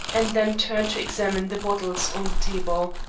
and then turned to examine the bottles on the table.